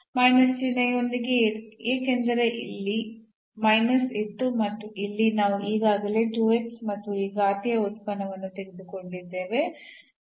minus ಚಿಹ್ನೆಯೊಂದಿಗೆ ಏಕೆಂದರೆ ಅಲ್ಲಿ ಮೈನಸ್ ಇತ್ತು ಮತ್ತು ಇಲ್ಲಿ ನಾವು ಈಗಾಗಲೇ ಮತ್ತು ಈ ಘಾತೀಯ ಉತ್ಪನ್ನವನ್ನು ತೆಗೆದುಕೊಂಡಿದ್ದೇವೆ